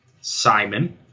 Simon